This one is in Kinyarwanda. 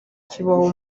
kibaho